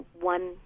one